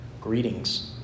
Greetings